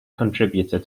contributor